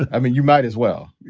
i mean, you might as well.